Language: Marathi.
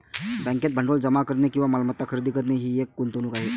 बँकेत भांडवल जमा करणे किंवा मालमत्ता खरेदी करणे ही एक गुंतवणूक आहे